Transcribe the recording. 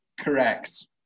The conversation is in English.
Correct